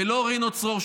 ולא רינו צרור,